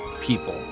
people